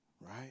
right